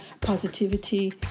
positivity